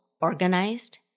organized